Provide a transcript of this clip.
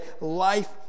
life